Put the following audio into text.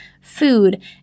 food